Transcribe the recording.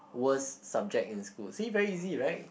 worst subject in school see very easy right